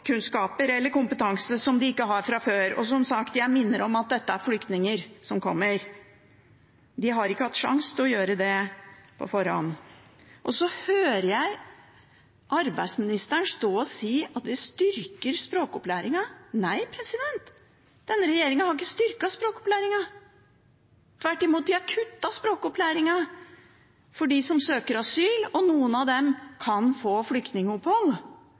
språkkunnskaper eller kompetanse som de ikke har fra før. Jeg minner igjen om at dette er flyktninger som kommer. De har ikke hatt sjangs til å gjøre det på forhånd. Så hører jeg arbeidsministeren stå og si at de styrker språkopplæringen. Nei, denne regjeringen har ikke styrket språkopplæringen. Tvert imot, de har kuttet språkopplæringen for dem som søker asyl, og noen av dem kan få